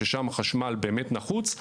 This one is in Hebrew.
ששם החשמל באמת נחוץ,